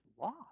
lost